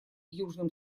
южным